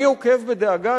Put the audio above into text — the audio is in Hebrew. אני עוקב בדאגה,